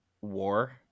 war